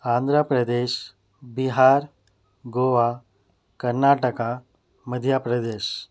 Andhra Pradesh Bihar Goa Karnataka Madhya Pradesh